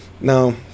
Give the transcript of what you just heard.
now